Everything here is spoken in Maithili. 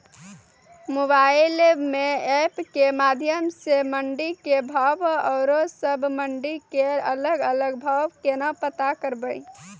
मोबाइल म एप के माध्यम सऽ मंडी के भाव औरो सब मंडी के अलग अलग भाव केना पता करबै?